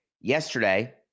Yesterday